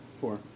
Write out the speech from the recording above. Four